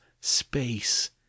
space